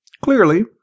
Clearly